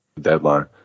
deadline